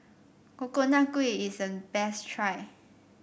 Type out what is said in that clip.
Coconut Kuih is a best try